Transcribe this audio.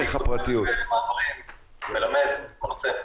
ואני מלמד ומרצה.